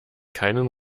keinen